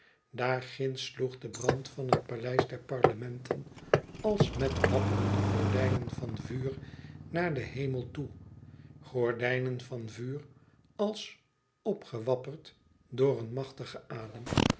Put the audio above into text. daarginds sloeg de brand van het paleis der parlementen als met wapperende gordijnen van vuur naar den hemel toe gordijnen van vuur als opgewapperd door een machtigen adem